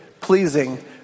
pleasing